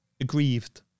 aggrieved